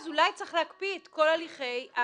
אז אולי צריך להקפיא את כל הליכי העיקולים